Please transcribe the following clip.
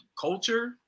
culture